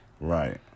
right